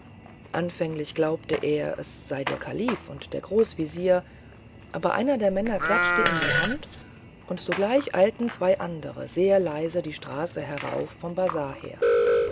anfänglich glaubte er es sei der kalif und der großwesir aber einer der männer klatschte in die hand und sogleich eilten zwei andere sehr leise die straße herauf vom bazar her